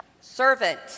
Servant